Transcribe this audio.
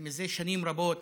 זה שנים רבות,